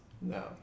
No